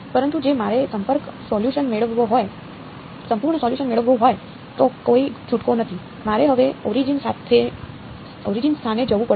પરંતુ જો મારે સંપૂર્ણ સોલ્યુસન મેળવવો હોય તો કોઈ છૂટકો નથી મારે હવે ઓરિજિન સ્થાને જવું પડશે